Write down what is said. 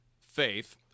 faith